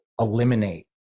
eliminate